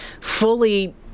fully